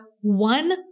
one